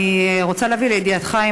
אני רוצה להביא לידיעתך,